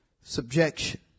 subjection